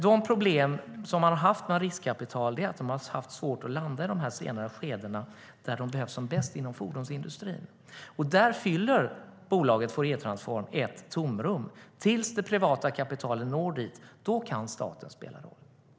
De problem man har haft med riskkapital är att det har haft svårt att landa i de senare skeden i fordonsindustrin då de behövs som bäst, och där fyller bolaget Fouriertransform ett tomrum. Tills det privata kapitalet når dit kan staten spela roll.